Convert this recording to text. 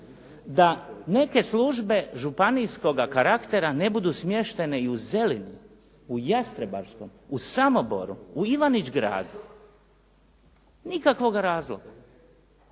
da neke službe županijskoga karaktera ne budu smještene u Zelini, u Jastrebarskom, u Samoboru, u Ivanić Gradu, nikakvog razloga.